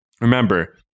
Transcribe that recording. Remember